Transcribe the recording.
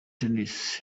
tennis